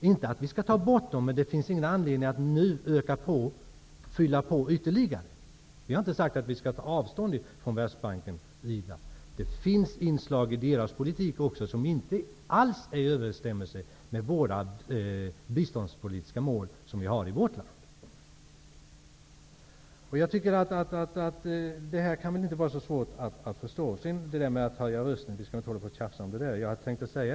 Jag menar inte att vi helt skall stryka dem, men det finns ingen anledning att nu fylla på ytterligare. Jag har inte sagt att vi skall ta avstånd från Världsbanken och IDA. Men det finns inslag i deras politik som inte stämmer överens med våra biståndspolitiska mål här i landet. Det kan väl inte vara så svårt att förstå. Vi skall inte hålla på och tjafsa om att höja